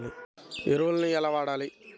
ఎరువులను ఎలా వాడాలి?